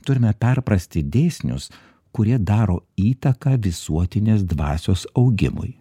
turime perprasti dėsnius kurie daro įtaką visuotinės dvasios augimui